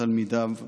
תלמידיו המובהקים.